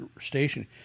station